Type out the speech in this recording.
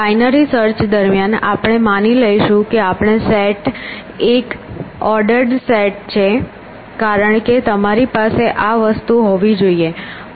binary search દરમિયાન આપણે માની લઈશું કે આપેલ સેટ એક ઓર્ડર્ડ સેટ છે કારણ કે તમારી પાસે આ વસ્તુ હોવી જરૂરી છે